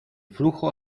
flujo